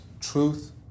truth